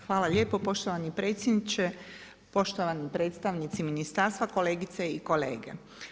Hvala lijepo poštovani predsjedniče, poštovani predstavnici ministarstva, kolegice i kolege.